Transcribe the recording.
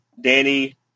Danny